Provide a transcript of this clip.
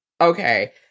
okay